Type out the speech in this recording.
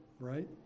right